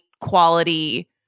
quality